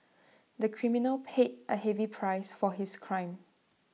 the criminal paid A heavy price for his crime